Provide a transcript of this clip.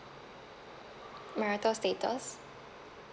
marital status